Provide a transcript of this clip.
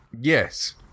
Yes